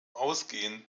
ausgehend